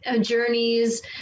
journeys